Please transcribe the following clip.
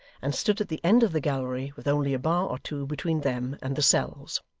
and stood at the end of the gallery with only a bar or two between them and the cells.